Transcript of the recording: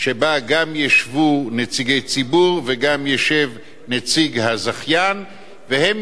שבה גם ישבו נציגי ציבור וגם ישב נציג הזכיין והם